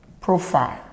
profile